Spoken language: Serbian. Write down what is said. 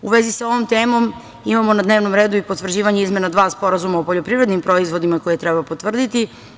U vezi sa ovom temom imamo na dnevnom redu i potvrđivanje izmena dva sporazuma o poljoprivrednim proizvodima koje treba potvrditi.